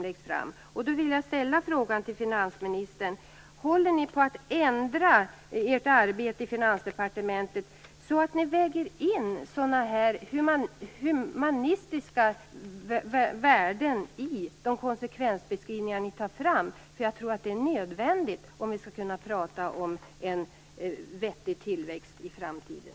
Jag vill därför ställa en fråga till finansministern: Håller ni på att ändra ert arbete i Finansdepartementet, så att ni väger in humanistiska värden i de konsekvensbeskrivningar som ni tar fram? Jag tror att det är nödvändigt om vi skall kunna tala om en vettig tillväxt i framtiden.